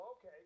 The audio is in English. okay